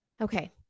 Okay